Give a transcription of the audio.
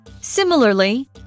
Similarly